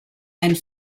and